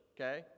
okay